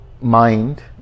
mind